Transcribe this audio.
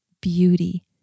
beauty